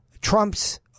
Trump's